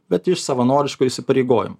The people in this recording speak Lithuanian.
bet iš savanoriškų įsipareigojimų